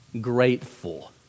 grateful